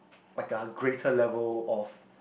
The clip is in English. like a greater level of